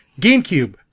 GameCube